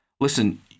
Listen